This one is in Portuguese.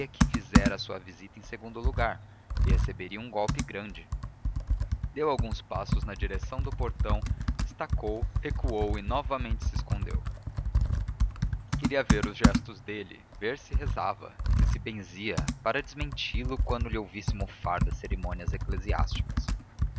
que fizera a sua visita em segundo lugar e receberia um golpe grande deu alguns passos na direção do portão estacou recuou e novamente se escondeu queria ver os gestos dele ver se rezava se se benzia para desmenti lo quando lhe ouvisse mofar das cerimônias eclesiásticas